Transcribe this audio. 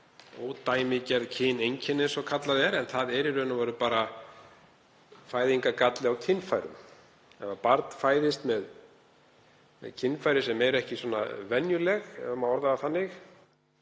ódæmigerð kyneinkenni eins og kallað er, en það er í raun og veru bara fæðingargalli á kynfærum. Ef barn fæðist með kynfæri sem eru ekki venjuleg, ef má orða það þannig,